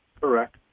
Correct